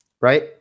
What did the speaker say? right